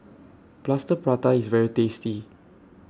Plaster Prata IS very tasty